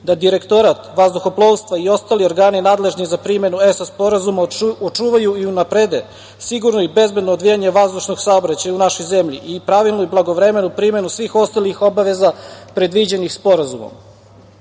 da Direktorat vazduhoplovstva i ostali organi nadležni za primenu ESAA sporazuma očuvaju i unaprede sigurno i bezbedno odvijanje vazdušnog saobraćaja u našoj zemlji i pravilno i blagovremeno primenu svih ostalih obaveza predviđenih sporazumom.